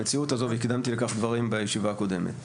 המציאות הזו, והקדמתי לכך דברים בישיבה הקודמת,